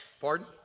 Pardon